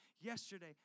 yesterday